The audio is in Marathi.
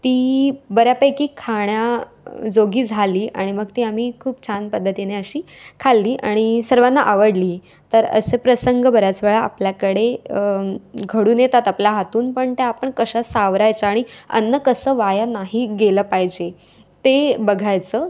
ती बऱ्यापैकी खाण्या जोगी झाली आणि मग ती आम्ही खूप छान पद्धतीने अशी खाल्ली आणि सर्वांना आवडली तर असे प्रसंग बऱ्याच वेळा आपल्याकडे घडून येतात आपला हातून पण ते आपण कशा सावरायच्या आणि अन्न कसं वाया नाही गेलं पाहिजे ते बघायचं